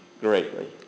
greatly